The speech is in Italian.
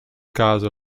caso